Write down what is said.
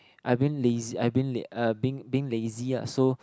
I've been lazy I've been late I been been lazy lah so